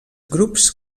grups